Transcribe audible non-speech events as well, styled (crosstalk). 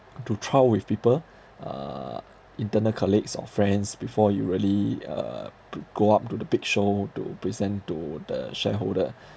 to trial with people uh internal colleagues or friends before you really uh to go up to the big show to present to the shareholder (breath)